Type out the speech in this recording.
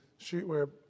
streetwear